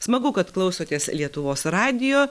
smagu kad klausotės lietuvos radijo